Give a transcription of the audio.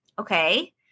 okay